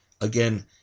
again